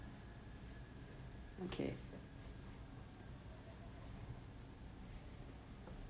okay